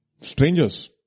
strangers